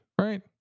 Right